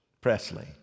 Presley